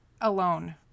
alone